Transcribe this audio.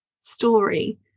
story